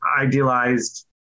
idealized